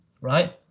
right